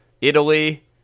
italy